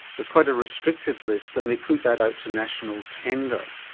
there's quite a restricted list and they put that out to national tender.